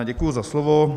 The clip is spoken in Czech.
Děkuji za slovo.